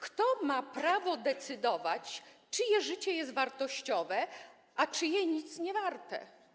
Kto ma prawo decydować, czyje życie jest wartościowe, a czyje nic niewarte?